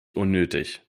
unnötig